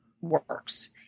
works